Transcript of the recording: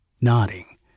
Nodding